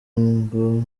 ngo